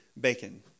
Bacon